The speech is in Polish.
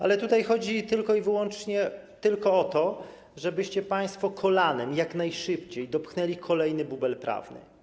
Ale tutaj chodzi tylko i wyłącznie o to, żebyście państwo kolanem jak najszybciej dopchnęli kolejny bubel prawny.